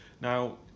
Now